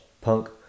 punk